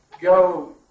go